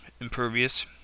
impervious